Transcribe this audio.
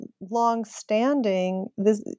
long-standing